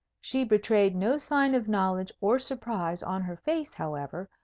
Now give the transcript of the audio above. she betrayed no sign of knowledge or surprise on her face, however,